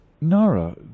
Nara